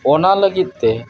ᱚᱱᱟ ᱞᱟᱹᱜᱤᱫᱛᱮ